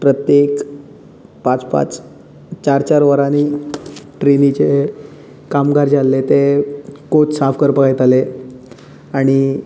प्रत्येक पांच पांच चार चार वरांनी ट्रेनीचे कामगार जे आसले ते कोच साफ करपाक येताले आनी